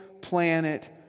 planet